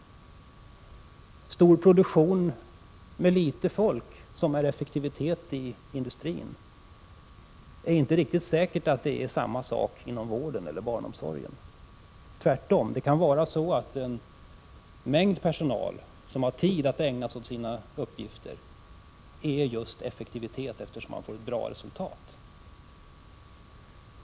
Det är inte säkert att stor produktion med litet folk, som är effektivt i industrin, är effektivt inom vården eller barnomsorgen. Tvärtom kan en mängd personal, som har tid att ägna sig åt sina uppgifter, innebära effektivitet, eftersom man når ett bra resultat.